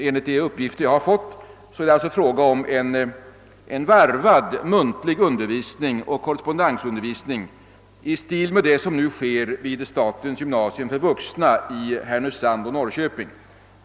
Enligt de uppgifter jag har fått är det fråga om en varvad muntlig undervisning och korrespondensundervisning i stil med den som nu bedrivs vid statens gymnasium för vuxna i Härnösand och i Norrköping.